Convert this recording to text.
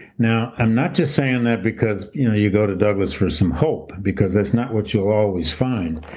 now i'm not just saying that because you know you go to douglass for some hope, because that's not what you'll always find,